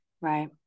right